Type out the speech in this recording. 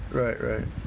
right right